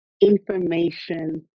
information